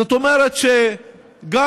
זאת אומרת, גם